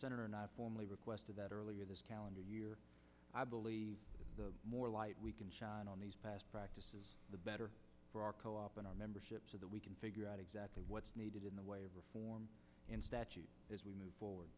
rejected formally requested that earlier this calendar year i believe the more light we can shine on these past practices the better for our co op and our membership so that we can figure out exactly what's needed in the way of reform as we move forward